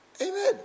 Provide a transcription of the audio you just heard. Amen